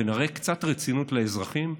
ונראה קצת רצינות לאזרחים,